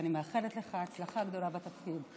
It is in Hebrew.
ואני מאחלת לך הצלחה גדולה בתפקיד.